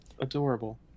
Adorable